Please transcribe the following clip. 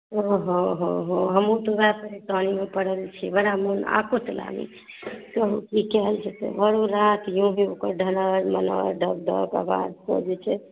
ओहो हो हो हमहूँ तऽ ओएह परेशानीमे पड़ल छी बड़ा मन आपत लागैत छै कहू की कयल जेतै भरो राति ओकर ढनर मनर ढक ढक आवाजसँ जे छै